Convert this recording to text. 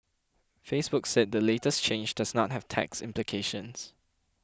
Facebook said the latest change does not have tax implications